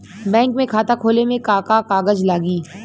Bank में खाता खोले मे का का कागज लागी?